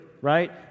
right